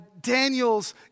Daniel's